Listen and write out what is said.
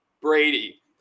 Brady